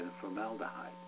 formaldehyde